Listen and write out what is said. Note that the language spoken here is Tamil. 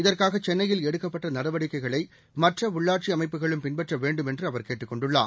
இதற்காக சென்னையில் எடுக்கப்பட்ட நடவடிக்கைகளை மற்ற உள்ளாட்சி அமைப்புகளும் பின்பற்ற வேண்டும் என்று அவர் கேட்டுக் கொண்டுள்ளார்